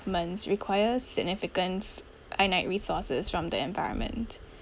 requires significant finite resources from the environment